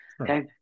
Okay